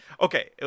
Okay